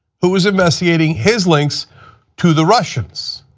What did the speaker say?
who was investigating his links to the russians.